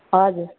हजुर